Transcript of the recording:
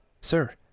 Sir